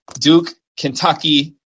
Duke-Kentucky